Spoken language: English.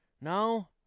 No